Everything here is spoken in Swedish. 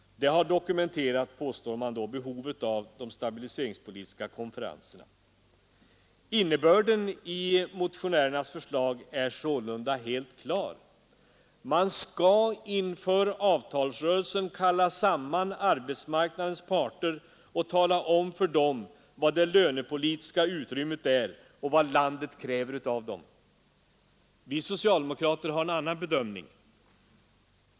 Det har dokumenterat behovet av de stabiliseringspolitiska konferenserna, menar man. Innebörden i motionärernas förslag är sålunda helt klar. Man skall inför avtalsrörelsen kalla samman arbetsmarknadens parter och tala om för dem vad det lönepolitiska utrymmet är och vad landet kräver av dem. Vi socialdemokrater har en annan bedömning.